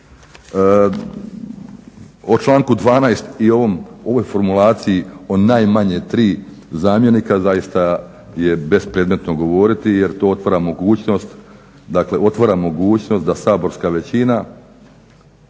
O članku 12. i ovoj formulaciji o najmanje tri zamjenika zaista je bespredmetno govoriti jer to otvara mogućnost da saborska većina,